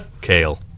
Kale